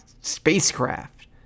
spacecraft